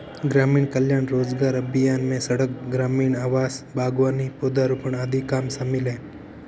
गरीब कल्याण रोजगार अभियान में सड़क, ग्रामीण आवास, बागवानी, पौधारोपण आदि काम शामिल है